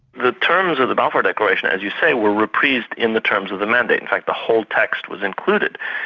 the terms of the balfour declaration, as you say, were reprised in the terms of the mandate, in fact the whole text was included,